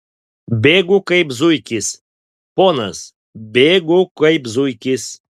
bėgu kaip zuikis ponas bėgu kaip zuikis